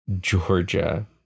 Georgia